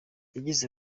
yagize